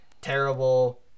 terrible